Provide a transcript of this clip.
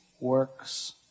works